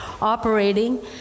operating